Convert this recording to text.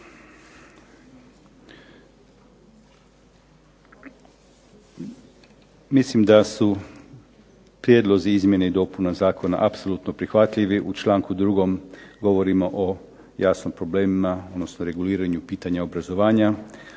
Mislim da su prijedlozi izmjene i dopuna zakona apsolutno prihvatljivi, u članku 2. govorimo o jasno problemima, odnosno reguliranju pitanja obrazovanja.